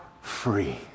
free